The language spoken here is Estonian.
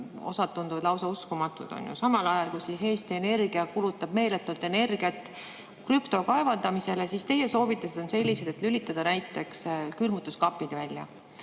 osad tunduvad lausa uskumatud. Samal ajal kui Eesti Energia kulutab meeletult energiat krüptokaevandamisele, on teie soovitused sellised, et lülitada näiteks külmutuskapid välja.